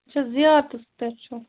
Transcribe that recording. اَچھا زیارتَس پٮ۪ٹھ چھُو